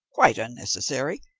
quite unnecessary.